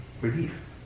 relief